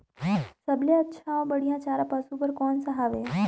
सबले अच्छा अउ बढ़िया चारा पशु बर कोन सा हवय?